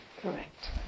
Correct